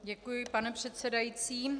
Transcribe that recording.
Děkuji, pane předsedající.